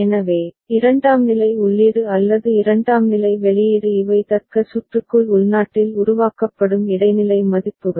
எனவே இரண்டாம்நிலை உள்ளீடு அல்லது இரண்டாம்நிலை வெளியீடு இவை தர்க்க சுற்றுக்குள் உள்நாட்டில் உருவாக்கப்படும் இடைநிலை மதிப்புகள்